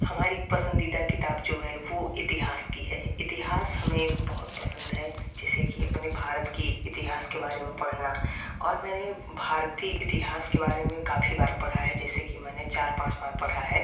हमारी पसंदीदा किताब जो है वह इतिहास की है इतिहास हमे बहुत पसंद है जैसे कि अपने भारत की इतिहास के बारे में पढ़ना और मैंने भारतीय इतिहास के बारे में काफ़ी बार पढ़ा है जैसे कि मैंने चार पाँच बार पढ़ा है